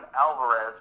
Alvarez